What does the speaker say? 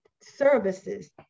services